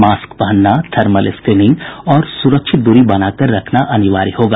mask पहनना thermal screening और सुरक्षित दूरी बनाकर रखना अनिवार्य होगा